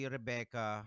Rebecca